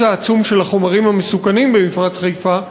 העצום של החומרים המסוכנים במפרץ חיפה,